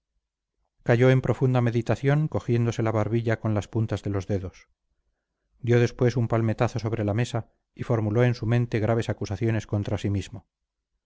cayó en profunda meditación cogiéndose la barbilla con las puntas de los dedos dio después un palmetazo sobre la mesa y formuló en su mente graves acusaciones contra sí mismo